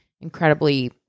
incredibly